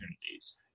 opportunities